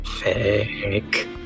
Fake